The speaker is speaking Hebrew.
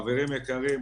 חברים יקרים,